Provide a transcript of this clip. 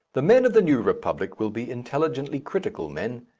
the men of the new republic will be intelligently critical men,